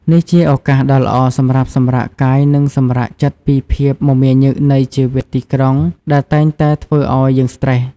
នេះជាឱកាសដ៏ល្អសម្រាប់សម្រាកកាយនិងសម្រាកចិត្តពីភាពមមាញឹកនៃជីវិតទីក្រុងដែលតែងតែធ្វើឲ្យយើងស្ត្រេស។